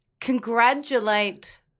congratulate